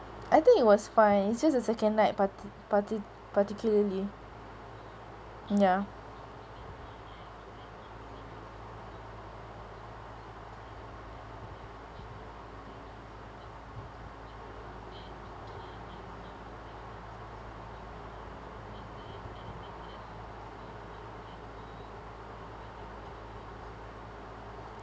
I think it was fine it's just the second night parti~ parti~ particularly ya